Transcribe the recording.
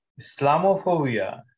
Islamophobia